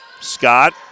Scott